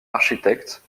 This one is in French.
architectes